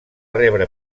rebre